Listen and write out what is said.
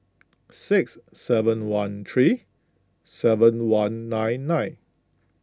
six seven one three seven one nine nine